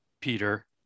Peter